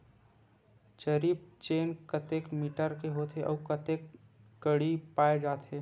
जरीब चेन कतेक मीटर के होथे व कतेक कडी पाए जाथे?